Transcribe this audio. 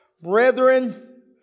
Brethren